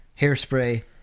hairspray